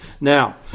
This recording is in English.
Now